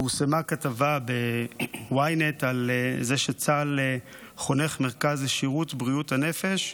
פורסמה כתבה ב-ynet על זה שצה"ל חונך מרכז לשירותי בריאות הנפש,